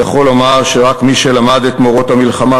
אני יכול לומר שרק מי שלמד את מוראות המלחמה